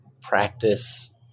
practice